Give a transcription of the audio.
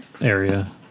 area